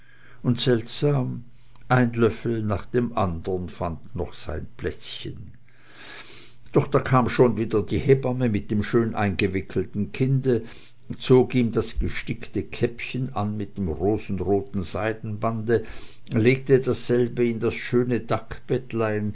und seltsam ein löffel nach dem andern fand noch sein plätzchen doch da kam schon wieder die hebamme mit dem schön eingewickelten kinde zog ihm das gestickte käppchen an mit dem rosenroten seidenbande legte dasselbe in das schöne